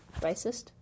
racist